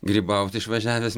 grybauti išvažiavęs